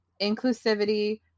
inclusivity